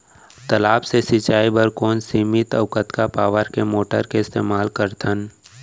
तालाब से सिंचाई बर कोन सीमित अऊ कतका पावर के मोटर के इस्तेमाल करथन?